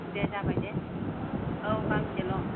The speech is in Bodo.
दे जाबाय दे औ गांसेल'